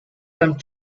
some